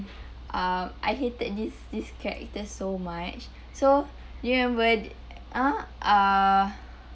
uh I hated this this character so much so ya but ah uh